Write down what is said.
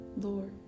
Lord